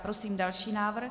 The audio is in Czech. Prosím další návrh.